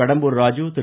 Kadambur Raju Thiru